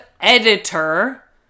editor